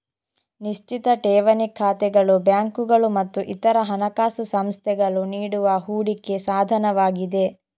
ನಿಶ್ಚಿತ ಠೇವಣಿ ಖಾತೆಗಳು ಬ್ಯಾಂಕುಗಳು ಮತ್ತು ಇತರ ಹಣಕಾಸು ಸಂಸ್ಥೆಗಳು ನೀಡುವ ಹೂಡಿಕೆ ಸಾಧನವಾಗಿದೆ